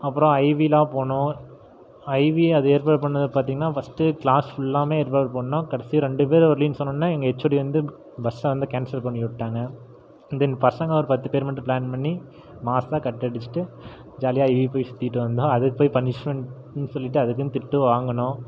அப்புறம் ஐவிலாம் போனோம் ஐவி அது ஏற்பாடு பண்ணது பார்த்தீங்கனா ஃபர்ஸ்ட்டு கிளாஸ் ஃபுல்லாமே ஏற்பாடு பண்ணோம் கடைசி ரெண்டு பேர் வர்லீன்னு சொன்னோன்னே எங்கள் ஹெச்ஓடி வந்து பஸ்ஸை வந்து கேன்சல் பண்ணிவிட்டுட்டாங்க தென் பசங்க ஒரு பத்து பேர் மட்டும் பிளான் பண்ணி மாஸாக கட் அடிச்சிகிட்டு ஜாலியாக ஐவி போய் சுற்றிட்டு வந்தோம் அதுக்கு போய் பனிஷ்மெண்ட்ன்னு சொல்லிவிட்டு அதுக்குன்னு திட்டும் வாங்கினோம்